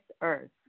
earth